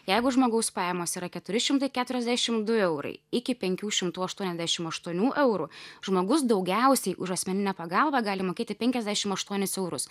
jeigu žmogaus pajamos yra keturi šimtai keturiasdešim du eurai iki penkių šimtų aštuoniasdešim aštuonių eurų žmogus daugiausiai už asmeninę pagalbą gali mokėti penkiasdešim aštuonis eurus